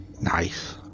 Nice